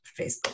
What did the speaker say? Facebook